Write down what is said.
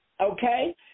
Okay